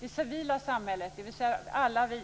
Det civila samhället, dvs. alla vi